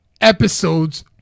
episodes